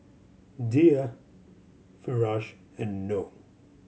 Dhia Firash and Noh